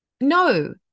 No